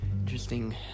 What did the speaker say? Interesting